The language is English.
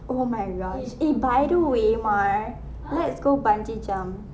oh my gosh eh by the way mar let's go bungee jump